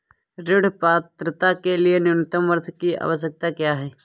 ऋण पात्रता के लिए न्यूनतम वर्ष की आवश्यकता क्या है?